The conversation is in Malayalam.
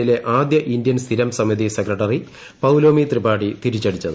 എന്നിലെ ആദ്യ ഇന്ത്യൻ സ്ഥിരം സമിതി സെക്രട്ടറി പൌലോമി ത്രിപാഠി തിരിച്ചടിച്ചത്